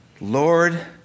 Lord